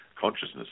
consciousness